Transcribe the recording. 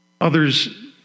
Others